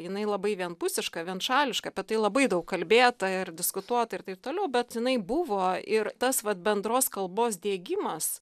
jinai labai vienpusiška vienšališka apie tai labai daug kalbėta ir diskutuota ir taip toliau bet jinai buvo ir tas vat bendros kalbos diegimas